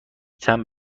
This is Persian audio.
تمبر